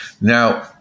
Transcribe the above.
Now